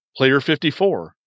PLAYER54